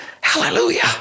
Hallelujah